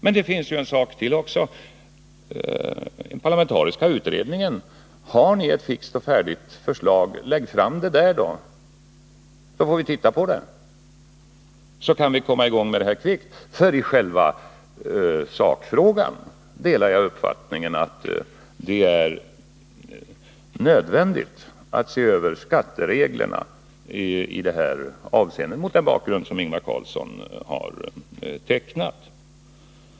Har ni ett fixt och färdigt förslag, lägg då fram det för den parlamentariska utredningen, så får vi titta på det och därmed få en snabbare lösning av frågan. I själva sakfrågan delar jag nämligen uppfattningen att det är nödvändigt att se över skattereglerna i det här avseendet mot den bakgrund som Ingvar Carlsson har tecknat.